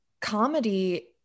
comedy